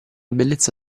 bellezza